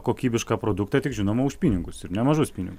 kokybišką produktą tik žinoma už pinigus ir nemažus pinigus